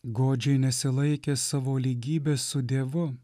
godžiai nesilaikė savo lygybės su dievu